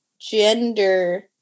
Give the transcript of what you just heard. gender